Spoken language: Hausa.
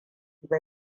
ba